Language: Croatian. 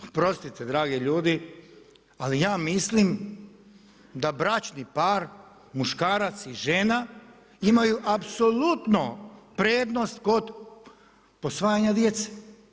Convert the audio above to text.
Oprostite dragi ljudi, ali ja mislim da bračni par muškarac i žena imaju apsolutno prednost kod posvajanja djece.